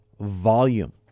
volume